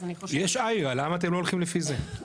יש Ayra, למה אתם לא הולכים לפי זה?